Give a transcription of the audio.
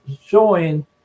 showing